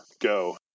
go